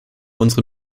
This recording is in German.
unsere